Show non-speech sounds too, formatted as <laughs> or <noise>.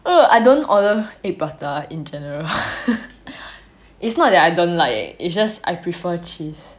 oh I don't order egg prata in general <laughs> it's not that I don't like it's just I prefer cheese